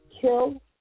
kill